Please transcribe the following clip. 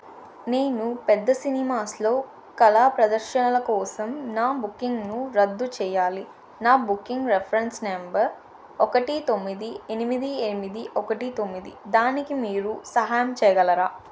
నేను పెద్ద సినిమాస్లో కళా ప్రదర్శనల కోసం నా బుకింగ్ను రద్దు చేయాలి నా బుకింగ్ రిఫరెన్స్ నెంబర్ ఒకటి తొమ్మిది ఎనిమిది ఎనిమిది ఒకటి తొమ్మిది దానికి మీరు సహాయం చేయగలరా